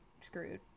screwed